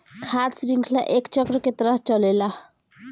खाद्य शृंखला एक चक्र के तरह चलेला